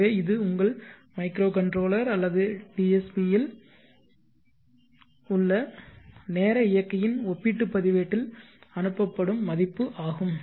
எனவே இது உங்கள் மைக்ரோகண்ட்ரோலர் அல்லது டிஎஸ்பியில் உள்ள உங்கள் நேர இயக்கியின் ஒப்பீட்டு பதிவேட்டில் அனுப்பப்படும் மதிப்பு ஆகும்